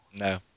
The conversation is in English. No